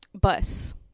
bus